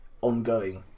ongoing